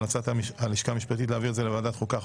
המלצת הלשכה המשפטית היא להעביר את זה לוועדת החוקה,